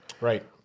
Right